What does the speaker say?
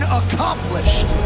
accomplished